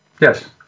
Yes